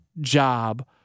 job